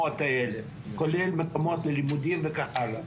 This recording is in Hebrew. כולל מקומות ללימודים וכך הלאה.